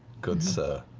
good sir.